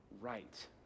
right